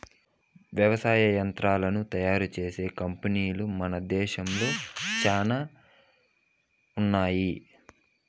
వ్యవసాయ యంత్రాలను తయారు చేసే కంపెనీలు మన దేశంలో చానా ఉన్నాయి